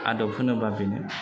आदब होनोबा बेनो